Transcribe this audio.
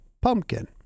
pumpkin